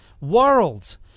world